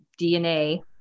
DNA